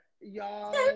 y'all